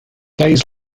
days